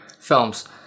films